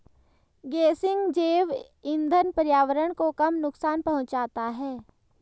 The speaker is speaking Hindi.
गेसिंग जैव इंधन पर्यावरण को कम नुकसान पहुंचाता है